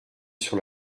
sur